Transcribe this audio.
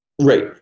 right